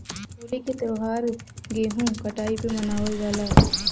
होली क त्यौहार गेंहू कटाई पे मनावल जाला